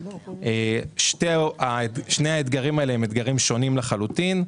שני האתגרים האלה הם שונים לחלוטין,